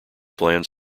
plans